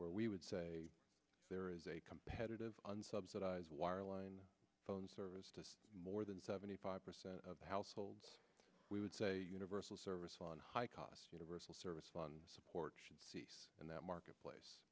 where we would say there is a competitive unsubsidized wireline phone service to more than seventy five percent of households we would say universal service on high cost universal service fund support and that marketplace